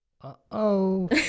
Uh-oh